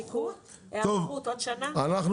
עכשיו אנחנו